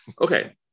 okay